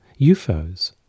UFOs